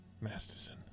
Masterson